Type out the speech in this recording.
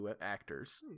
actors